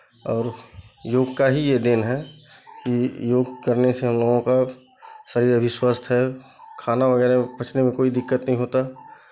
और योग का ही ये देन है कि योग करने से हम लोगों का शरीर अभी स्वस्थ है खाना वगैरह पचने में कोई दिक्कत नहीं होता